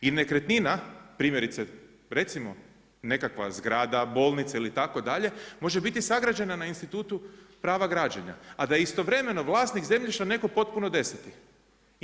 I nekretnina, primjerice, recimo nekakva zgrada, bolnica ili tako dalje, može biti sagrađena na institutu prava građenja a da istovremeno vlasnik zemljišta netko potpuno 10.-ti.